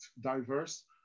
diverse